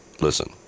listen